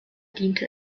diente